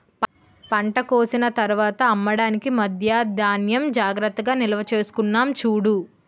పంట కోసిన తర్వాత అమ్మడానికి మధ్యా ధాన్యం జాగ్రత్తగా నిల్వచేసుకున్నాం చూడు